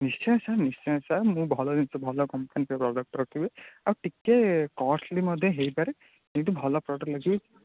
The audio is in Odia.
ନିଶ୍ଚୟ ସାର୍ ନିଶ୍ଚୟ ସାର୍ ମୁଁ ଭଲ ଜିନିଷ ଭଲ କମ୍ପାନୀର ଭଲ ପ୍ରଡକ୍ଟ ରଖିବି ଆଉ ଟିକେ କଷ୍ଟଲି ମଧ୍ୟ ହେଇ ପାରେ କିନ୍ତୁ ଭଲ ପ୍ରଡକ୍ଟ ଲଗାଇବି